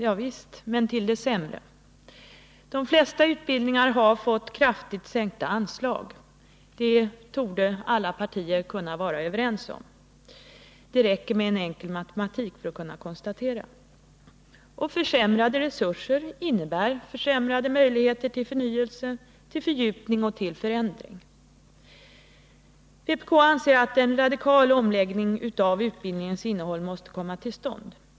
Ja visst, men till det sämre. De flesta utbildningar har fått kraftigt sänkta anslag — det torde alla partier kunna vara överens om. Det räcker med en enkel matematik för att konstatera. Försämrade resurser innebär också försämrade möjligheter till förnyelse, till fördjupning och förändring. Vpk anser att en radikal omläggning av utbildningens innehåll måste komma till stånd vid högskolorna.